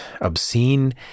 obscene